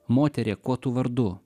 moterie kuo tu vardu